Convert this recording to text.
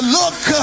look